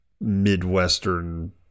Midwestern